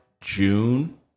June